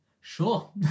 Sure